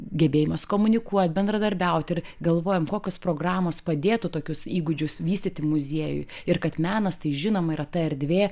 gebėjimas komunikuot bendradarbiauti ir galvojam kokios programos padėtų tokius įgūdžius vystyti muziejui ir kad menas tai žinoma yra ta erdvė